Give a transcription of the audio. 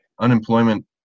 Unemployment